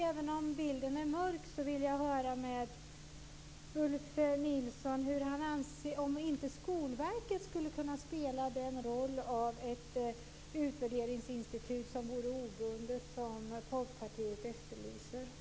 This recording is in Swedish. Även om bilden är mörk vill jag dock höra med Ulf Nilsson om inte Skolverket skulle kunna spela den roll av ett obundet utvärderingsinstitut som Folkpartiet efterlyser.